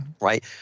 right